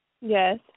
Yes